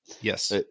Yes